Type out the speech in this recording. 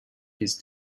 his